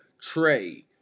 Trey